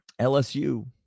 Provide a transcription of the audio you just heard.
LSU